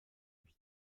vite